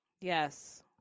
Yes